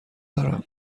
دارم